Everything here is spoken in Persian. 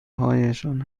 هایشان